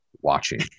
watching